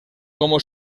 como